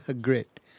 Great